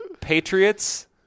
Patriots